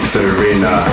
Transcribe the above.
Serena